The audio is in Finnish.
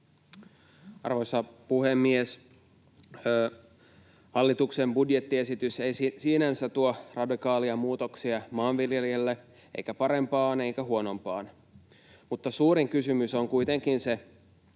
Arvoisa puhemies! Hallituksen budjettiesitys ei sinänsä tuo radikaaleja muutoksia maanviljelijälle, ei parempaan eikä huonompaan. Suurin kysymys on kuitenkin se,